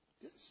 Yes